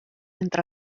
entre